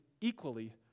equally